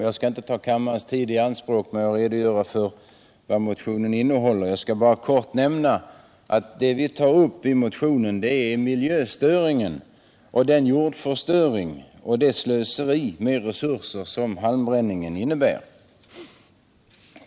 Jag skall inte ta kammarledamöternas tid i anspråk med en närmare redogörelse för motionens innehåll utan skall bara kort nämna, att vi där tar upp den miljöstörning, den jordförstöring och det slöseri med resurser som halmbränningen innebär.